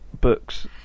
books